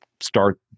start